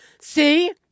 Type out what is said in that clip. see